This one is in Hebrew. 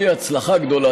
בלי הצלחה גדולה,